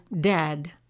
dead